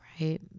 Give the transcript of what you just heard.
Right